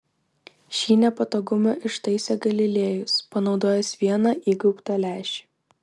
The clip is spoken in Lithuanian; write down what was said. šį nepatogumą ištaisė galilėjus panaudojęs vieną įgaubtą lęšį